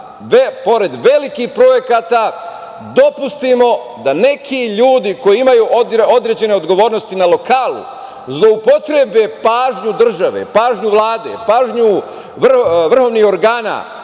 pored velikih projekta dopustimo da neki ljudi koji imaju određene odgovornosti na lokalu zloupotrebe pažnju države, pažnju Vlade, pažnju vrhovnih organa